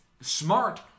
Smart